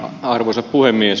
arvoisa puhemies